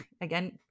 again